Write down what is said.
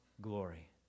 glory